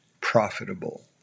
profitable